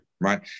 right